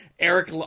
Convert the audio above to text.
Eric